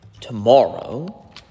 tomorrow